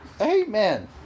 Amen